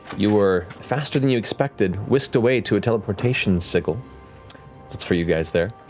you were, faster than you expected, whisked away to a teleportation siggle that's for you guys, there